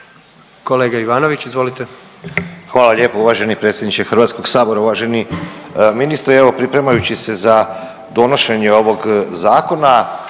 **Ivanović, Goran (HDZ)** Hvala lijepo uvaženi predsjedniče Hrvatskog sabora. Uvaženi ministre, evo pripremajući se za donošenje ovog zakona